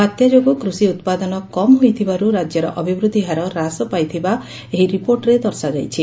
ବାତ୍ୟା ଯୋଗୁଁ କୃଷି ଉପାଦନ କମ୍ ହୋଇଥିବାର୍ ରାକ୍ୟର ଅଭିବୃଦ୍ଧି ହାର ହ୍ରାସ ପାଇଥିବା ଏହି ରିପୋର୍ଟରେ ଦର୍ଶାଯାଇଛି